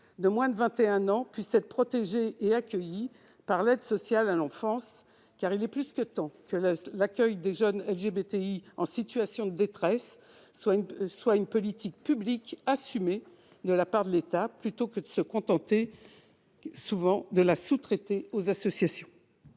de moins de 21 ans puissent être protégés et accueillis par l'aide sociale à l'enfance, car il est plus que temps que l'accueil des jeunes LGBTI en situation de détresse soit une politique publique assumée par l'État, plutôt qu'une politique sous-traitée aux associations.